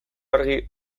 argi